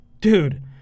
dude